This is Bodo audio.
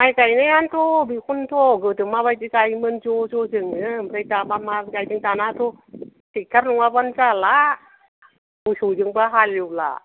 माइ गायनायानोथ' बेखौनोथ' गोदो माबायदि गायोमोन ज' ज' जोङो ओमफ्राय दा बा मा गायदों दानाथ' ट्रेक्ट'र नङाबानो जाला मोसौजोंबो हाल एवला